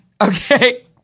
okay